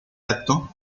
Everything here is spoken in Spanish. acto